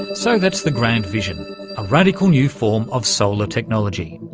so that's the grand vision, a radical new form of solar technology.